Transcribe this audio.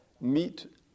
meet